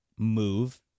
move